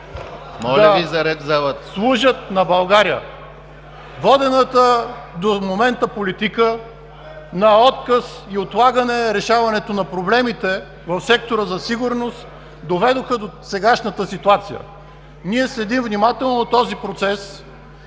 Моля Ви за ред в залата!